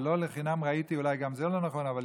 ולא לחינם ראיתי, אולי גם זה לא נכון, אבל